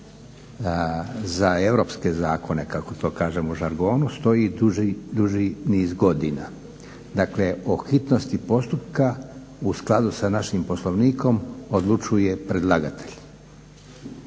za europske zakone kako to kažemo u žargonu stoji duži niz godina. Dakle o hitnosti postupka u skladu sa našim Poslovnikom odlučuje predlagatelj.